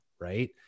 Right